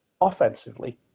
offensively